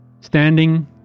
standing